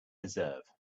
deserve